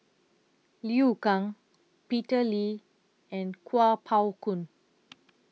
Liu Kang Peter Lee and Kuo Pao Kun